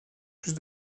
plus